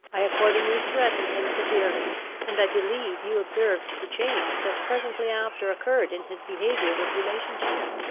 i accordingly threatened him severely and i believe you observed the change that presently after occurred in his behaviour with relation to you.